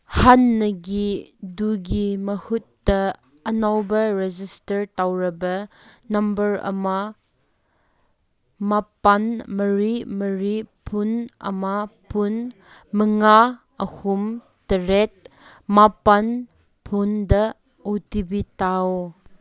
ꯍꯥꯟꯅꯒꯤꯗꯨꯒꯤ ꯃꯍꯨꯠꯇ ꯑꯅꯧꯕ ꯔꯦꯖꯤꯁꯇꯔ ꯇꯧꯔꯕ ꯅꯝꯕꯔ ꯑꯃ ꯃꯥꯄꯟ ꯃꯔꯤ ꯃꯔꯤ ꯐꯨꯟ ꯑꯃ ꯐꯨꯟ ꯃꯉꯥ ꯑꯍꯨꯝ ꯇꯔꯦꯠ ꯃꯥꯄꯟ ꯐꯨꯟꯗ ꯑꯣ ꯇꯤ ꯄꯤ ꯊꯥꯎ